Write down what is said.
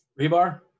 Rebar